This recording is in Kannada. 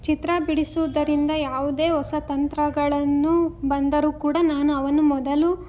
ಚಿತ್ರ ಬಿಡಿಸುವುದರಿಂದ ಯಾವುದೇ ಹೊಸ ತಂತ್ರಗಳನ್ನು ಬಂದರು ಕೂಡ ನಾನು ಅವನ್ನು ಮೊದಲು